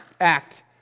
act